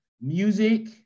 music